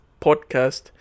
podcast